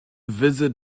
visit